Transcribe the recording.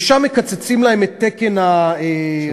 ושם מקצצים להם את תקן הרב"ש,